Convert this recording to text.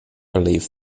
believe